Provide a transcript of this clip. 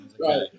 Right